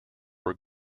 were